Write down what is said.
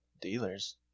dealers